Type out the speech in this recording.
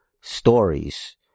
stories